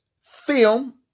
film